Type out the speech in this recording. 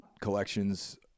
collections